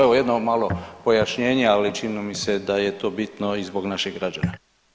Evo, jedno malo pojašnjenje ali činilo mi se da je to bitno i zbog naših građana.